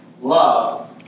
love